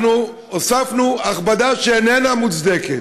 אנחנו הוספנו הכבדה שאיננה מוצדקת,